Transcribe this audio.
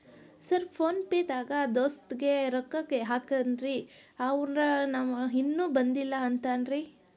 Sir PhonePe ದಾಗ ದೋಸ್ತ್ ಗೆ ರೊಕ್ಕಾ ಹಾಕೇನ್ರಿ ಅಂವ ಇನ್ನು ಬಂದಿಲ್ಲಾ ಅಂತಾನ್ರೇ?